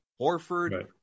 Horford